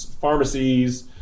pharmacies